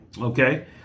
okay